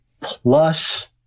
plus